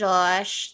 Josh